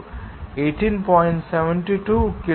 72 kilojoules తెలుసు అని మీకు తెలుసు